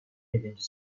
yedinci